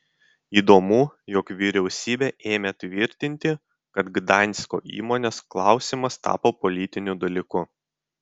įdomu jog vyriausybė irgi ėmė tvirtinti kad gdansko įmonės klausimas tapo politiniu dalyku